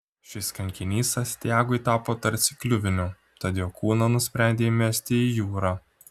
šis kankinys astiagui tapo tarsi kliuviniu tad jo kūną nusprendė įmesti į jūrą